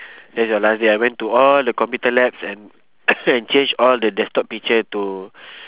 that's your last day I went to all the computer labs and and change all the desktop picture to